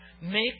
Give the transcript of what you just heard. Make